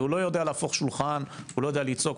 הוא לא יודע להפוך שולחן, לא יודע לצעוק.